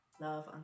love